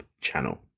channel